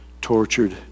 tortured